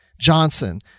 Johnson